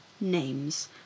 names